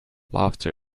laughter